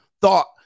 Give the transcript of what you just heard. thought